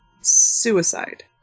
suicide